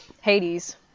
hades